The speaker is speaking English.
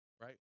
right